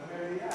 במליאה?